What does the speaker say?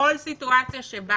בכל סיטואציה שבה